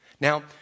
Now